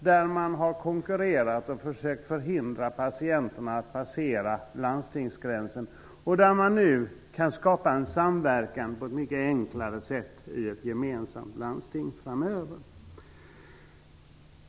Man har där konkurrerat och försökt hindra patienterna att passera landstingsgränsen. Framöver kan man alltså i ett gemensamt landsting på ett mycket enklare sätt skapa en samverkan.